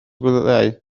gwyliau